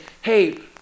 hey